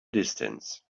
distance